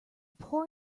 poor